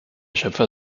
schöpfer